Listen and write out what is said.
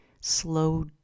slow